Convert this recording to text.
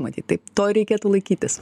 matyt taip to ir reikėtų laikytis